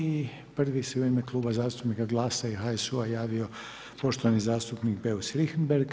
I prvi se u ime Kluba zastupnika GLAS-a i HSU-a javio poštovani zastupnik Beus Richembergh.